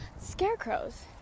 scarecrows